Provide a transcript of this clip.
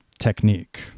Technique